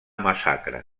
massacre